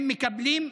הם מקבלים,